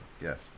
yes